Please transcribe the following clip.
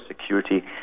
security